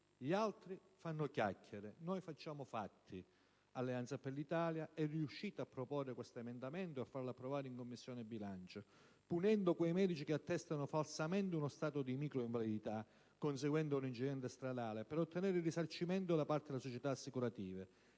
Gli altri fanno chiacchiere, noi facciamo fatti. Alleanza per l'Italia è riuscita a proporre questo emendamento e a farlo approvare in Commissione bilancio punendo quei medici che attestano falsamente uno stato di micro-invalidità conseguente ad un incidente stradale per ottenere il risarcimento da parte delle società assicurative.